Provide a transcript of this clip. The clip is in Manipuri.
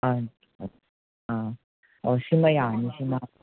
ꯑꯥ ꯑꯥ ꯑꯣ ꯁꯤꯃ ꯌꯥꯔꯅꯤ ꯁꯤꯃ